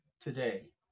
today